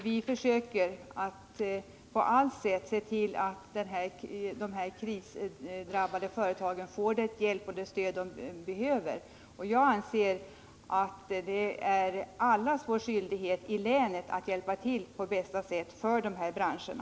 Vi försöker att på allt sätt se till att de krisdrabbade företagen får det stöd som de behöver. Jag anser att alla som tillhör länet har en skyldighet att på bästa sätt hjälpa de här branscherna.